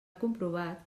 comprovat